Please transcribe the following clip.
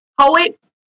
poets